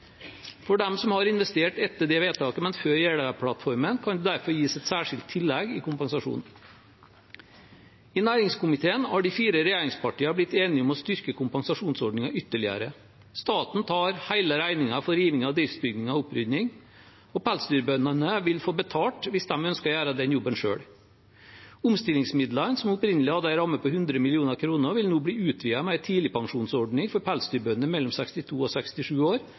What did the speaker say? For dem som har investert etter det vedtaket, men før Jeløya-plattformen, kan det derfor gis et særskilt tillegg i kompensasjonen. I næringskomiteen har de fire regjeringspartiene blitt enige om å styrke kompensasjonsordningen ytterligere. Staten tar hele regningen for rivning av driftsbygninger og opprydding, og pelsdyrbøndene vil få betalt hvis de ønsker å gjøre den jobben selv. Omstillingsmidlene som opprinnelig hadde en ramme på 100 mill. kr, vil – når forbudet blir innført i 2025 – bli utvidet med en tidligpensjonsordning for pelsdyrbønder mellom 62 år og 67 år